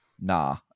Nah